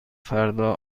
فردا